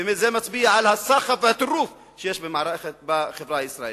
וזה מצביע על הסחף והטירוף שיש בחברה הישראלית,